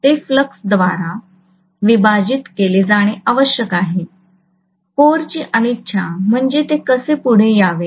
ते फ्लक्सद्वारे विभाजित केले जाणे आवश्यक आहे कोरची अनिच्छा म्हणजे ते कसे पुढे यावे